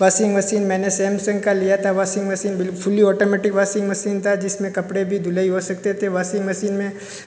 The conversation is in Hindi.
वासिंग मसीन मैंने सैमसंग का लिया था वासिंग मसीन बि फ़ुल्ली ऑटोमेटिक मसीन था जिसमें कपड़े भी धुलाई हो सकते थे वासिंग मसीन में